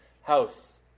house